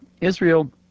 Israel